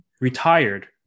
retired